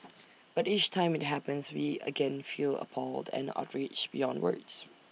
but each time IT happens we again feel appalled and outraged beyond words